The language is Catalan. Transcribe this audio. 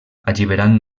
alliberant